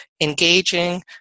engaging